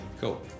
Cool